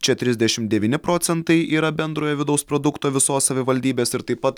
čia trisdešimt devyni procentai yra bendrojo vidaus produkto visos savivaldybės ir taip pat